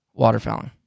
waterfowling